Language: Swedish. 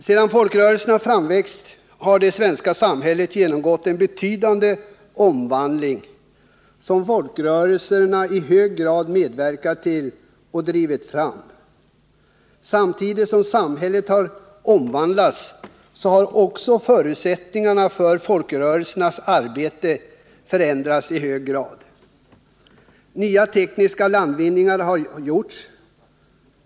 Sedan folkrörelsernas framväxt har det svenska samhället genomgått en betydande omvandling, som folkrörelserna i hög grad medverkat till och drivit fram, Samtidigt som samhället har omvandlats har också förutsättningarna för folkrörelsernas arbete förändrats i hög grad. Nya landvinningar har gjorts.